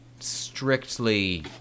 strictly